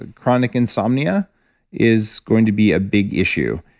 ah chronic insomnia is going to be a big issue,